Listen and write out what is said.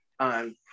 time